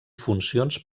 funcions